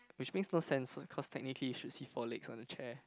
which makes no sense so cause technically you should see four legs on a chair